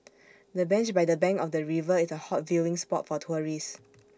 the bench by the bank of the river is A hot viewing spot for tourists